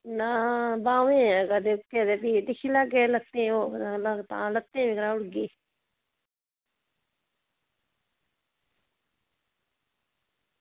नां बाह्में न फ्ही दिक्खी लैगे लत्तें ई होग तां लत्तें गी बी कराई ओड़गी